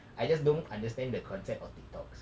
I just don't understand the concept of TikToks